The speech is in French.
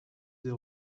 des